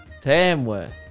Tamworth